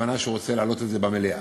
הכוונה שהוא רוצה להעלות את זה במליאה.